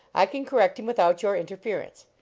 i can correct him without your interference.